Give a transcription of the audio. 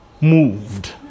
moved